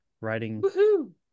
writing